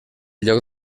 lloc